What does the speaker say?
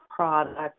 product